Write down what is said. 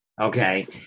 Okay